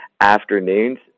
afternoons